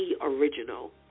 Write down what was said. original